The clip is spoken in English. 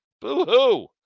Boo-hoo